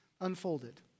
unfolded